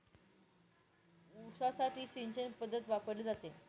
ऊसासाठी सिंचन पद्धत वापरली जाते का?